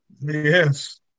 Yes